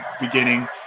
beginning